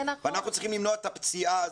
ואנחנו צריכים למנוע את הפציעה הזאת,